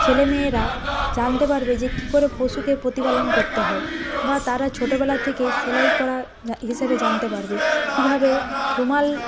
ছেলে মেয়েরা জানতে পারবে যে কি করে পশুকে প্রতিপালন করতে হয় বা তারা ছোটোবেলা থেকে সেলাই করা জা হিসাবে জানতে পারবে কীভাবে রুমাল